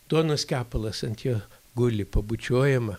duonos kepalas ant jo guli pabučiuojama